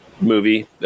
movie